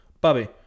bobby